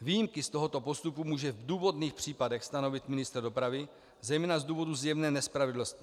Výjimky z tohoto postupu může v důvodných případech stanovit ministr dopravy, zejména z důvodu zjevné nespravedlnosti.